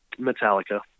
Metallica